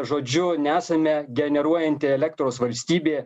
žodžiu nesame generuojanti elektros valstybė